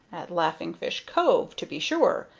at laughing fish cove, to be sure.